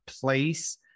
place